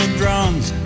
drums